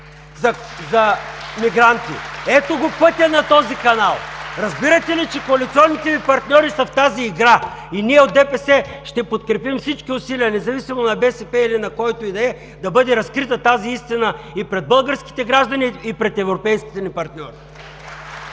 от ДПС.) Ето го пътя на този канал. Разбирате ли, че коалиционните Ви партньори са в тази игра и ние, от ДПС, ще подкрепим всички усилия, независимо на БСП или на който и да е, да бъде разкрита тази истина – и пред българските граждани, и пред европейските ни партньори.